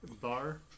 Bar